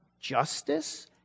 justice